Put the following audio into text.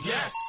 Yes